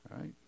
right